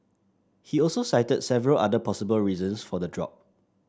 he also cited several other possible reasons for the drop